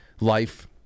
life